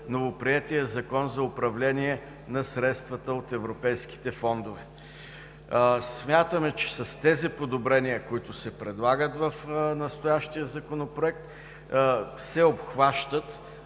новоприетия Закон за управление на средствата от европейските фондове. Смятаме, че с подобренията, които се предлагат в настоящия Законопроект, се обхващат